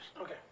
Okay